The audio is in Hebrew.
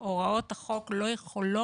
אם הוראות החוק לא יכולות